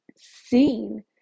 seen